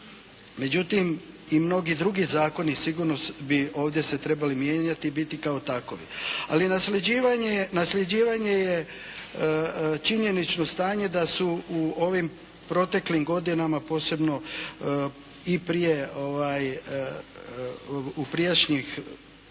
međutim i mnogi drugi zakoni sigurno bi ovdje se trebali mijenjati i biti kao takovi. Ali nasljeđivanje je činjenično stanje da su u ovim proteklim godinama, posebno i prije, u prijašnjih